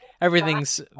everything's